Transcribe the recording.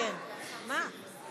הרשימה המשותפת